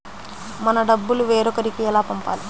మన డబ్బులు వేరొకరికి ఎలా పంపాలి?